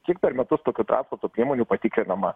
kiek per metus tokių transporto priemonių patikrinama